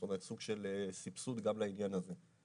זאת אומרת, סוג של סבסוד גם לעניין הזה.